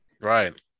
Right